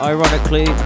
Ironically